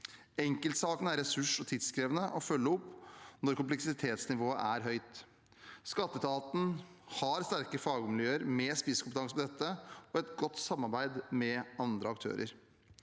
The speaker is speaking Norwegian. Enkeltsakene er ressurs- og tidkrevende å følge opp når kompleksitetsnivået er høyt. Skatteetaten har sterke fagmiljøer med spisskompetanse om dette og et godt samarbeid med andre aktører.